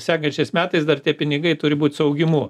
sekančiais metais dar tie pinigai turi būt su augimu